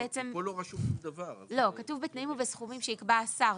כתוב בתנאים ובסכומים שיקבע השר,